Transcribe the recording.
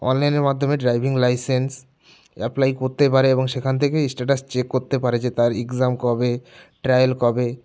অনলাইনের মাধ্যমে driving license apply করতেই পারে এবং সেখান থেকেই স্ট্যাটাস চেক করতে পারে যে তার এক্সাম কবে ট্রায়াল কবে